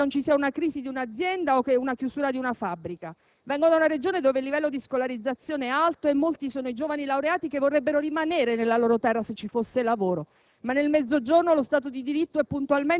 cui non passa giorno che non vi sia la crisi di un'azienda o la chiusura di una fabbrica. Vengo da una Regione in cui il livello di scolarizzazione è alto e molti sono i giovani laureati che vorrebbero rimanere nella loro terra, se ci fosse lavoro.